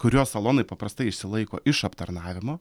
kurio salonai paprastai išsilaiko iš aptarnavimo